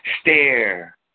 stare